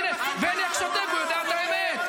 --- הנה, בליאק שותק, הוא יודע את האמת.